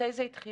מתי זה התחיל?